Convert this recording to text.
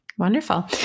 Wonderful